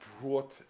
brought